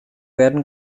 werden